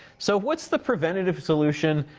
so, what's the preventative solution?